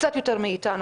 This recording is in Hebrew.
קצת יותר מאיתנו.